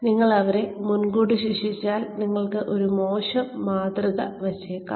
നിങ്ങൾ അവരെ മുൻകൂട്ടി ശിക്ഷിച്ചാൽ നിങ്ങൾ ഒരു മോശം മാതൃക വെച്ചേക്കാം